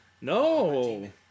No